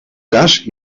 cas